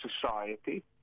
society